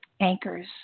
anchors